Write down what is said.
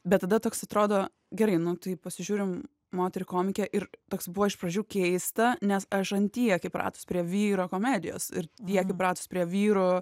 bet tada toks atrodo gerai nu tai pasižiūrim moterį komikę ir toks buvo iš pradžių keista nes aš ant tiek įpratus prie vyro komedijos ir tiek įpratus prie vyro